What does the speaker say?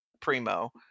primo